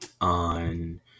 on